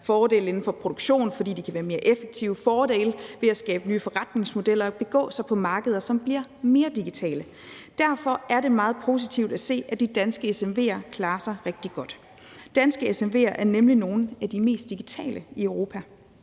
fordele inden for produktion, fordi de kan være mere effektive, fordele ved at skabe nye forretningsmodeller og begå sig på markeder, som bliver mere digitale. Kl. 15:41 Derfor er det meget positivt at se, at de danske SMV'er klarer sig rigtig godt. Danske SMV'er er nemlig nogle af de mest digitale i Europa,